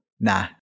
Nah